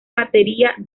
batería